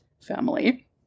family